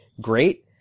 great